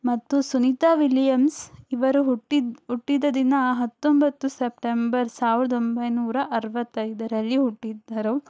ಮತ್ತು ಸುನಿತಾ ವಿಲಿಯಮ್ಸ್ ಇವರು ಹುಟ್ಟಿದ ಹುಟ್ಟಿದ ದಿನ ಹತ್ತೊಂಬತ್ತು ಸೆಪ್ಟೆಂಬರ್ ಸಾವಿರದ ಒಂಬೈನೂರ ಅರುವತ್ತೈದರಲ್ಲಿ ಹುಟ್ಟಿದ್ದರು